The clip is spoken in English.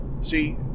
see